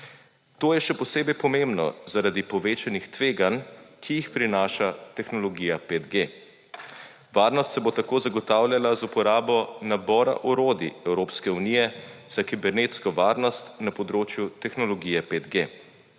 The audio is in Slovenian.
To je še posebej pomembno zaradi povečanih tveganj, ki jih prinaša tehnologija 5G. Varnost se bo tako zagotavljala z uporabo nabora orodij Evropske unije za kibernetsko varnost na področju tehnologije 5G.